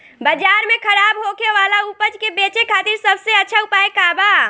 बाजार में खराब होखे वाला उपज के बेचे खातिर सबसे अच्छा उपाय का बा?